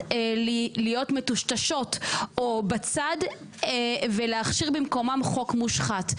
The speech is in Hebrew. להיות מטושטשות או בצד ולהכשיר במקומן חוק מושחת.